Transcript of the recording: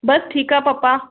बसि ठीकु आहे पपा